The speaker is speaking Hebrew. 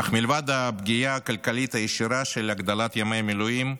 אך מלבד הפגיעה הכלכלית הישירה של הגדלת ימי המילואים,